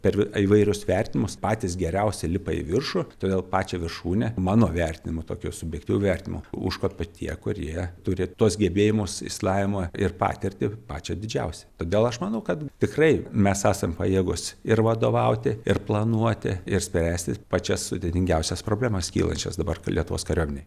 per v įvairius vertinimus patys geriausi lipa į viršų todėl pačią viršūnę mano vertinimu tokiu subjektyviu vertinimu užkopia tie kurie turi tuos gebėjimus išsilavinimą ir patirtį pačią didžiausią todėl aš manau kad tikrai mes esam pajėgūs ir vadovauti ir planuoti ir spręsti pačias sudėtingiausias problemas kylančias dabar kai lietuvos kariuomenei